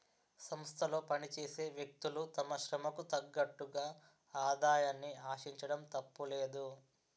సంస్థలో పనిచేసే వ్యక్తులు తమ శ్రమకు తగ్గట్టుగా ఆదాయాన్ని ఆశించడం తప్పులేదు